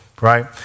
right